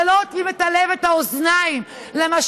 ולא אוטמים את הלב ואת האוזניים למשמע